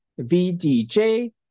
VDJ